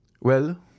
Well